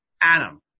Adam